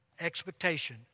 expectation